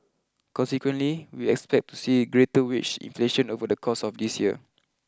consequently we expect to see greater wage inflation over the course of this year